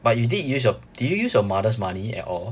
but you did use your did you use your mother's money at all